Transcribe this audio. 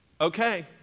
Okay